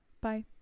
Bye